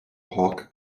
hawke